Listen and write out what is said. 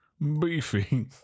beefy